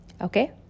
Okay